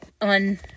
on